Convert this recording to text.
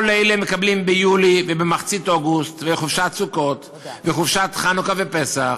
כל אלה מקבלים ביולי ובמחצית אוגוסט וחופשת סוכות וחופשת חנוכה ופסח,